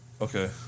Okay